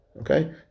Okay